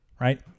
right